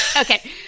Okay